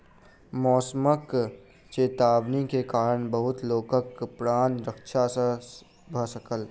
मौसमक चेतावनी के कारण बहुत लोकक प्राण रक्षा भ सकल